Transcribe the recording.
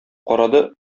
карады